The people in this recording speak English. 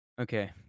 okay